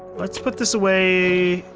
let's put this away.